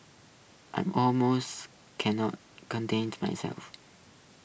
I'm almost can not contain myself